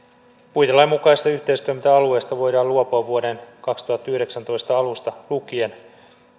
puitelain mukaisista yhteistoiminta alueista voidaan luopua vuoden kaksituhattayhdeksäntoista alusta lukien